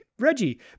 Reggie